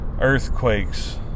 Earthquakes